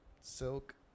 Silk